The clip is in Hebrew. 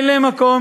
אין להן מקום,